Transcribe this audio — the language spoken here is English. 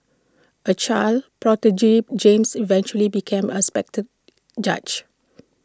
A child prodigy James eventually became aspected judge